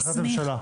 זה החלטת ממשלה.